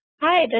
hi